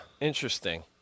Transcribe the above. interesting